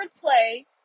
play